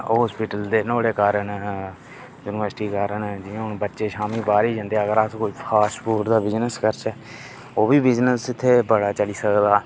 hospital ते नाड़े कारण यूनिवर्सिटी कारण जि'यां हून बच्चे शामी बाह्रे गी जंदे अगर अस कोई फास्ट फूड दा बिजनेस करचै ओह् बी बिजनेस इत्थै बड़ा चली सकदा